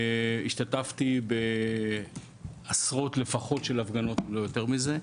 והשתתפתי לפחות בעשרות הפגנות אם לא יותר מזה,